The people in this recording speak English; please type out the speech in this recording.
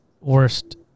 worst